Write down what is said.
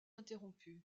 interrompue